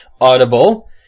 Audible